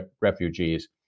refugees